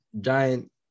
giant